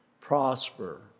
prosper